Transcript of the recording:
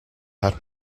had